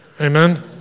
Amen